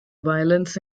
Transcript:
violence